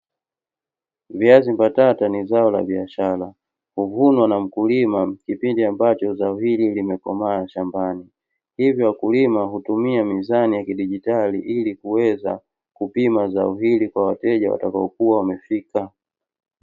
Viazi mbatata ni zao la biashara, huvunwa na mkulima kipindi ambacho zao hili limekomaa shambani. Hivyo mkulima hutumia mizani ya kisasa kupima zao kwa wateja watakao kuwa wamefika.